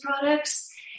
products